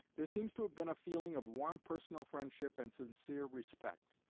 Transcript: there seems to have been a feeling of warm personal friendship and sincere respect.